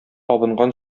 абынган